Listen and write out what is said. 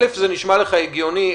1,000 נשמע לך הגיוני,